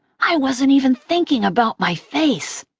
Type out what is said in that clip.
i wasn't even thinking about my face.